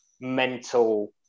mental